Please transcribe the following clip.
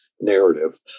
narrative